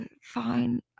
fine